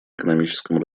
экономическом